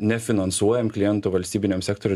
nefinansuojam kliento valstybiniam sektoriu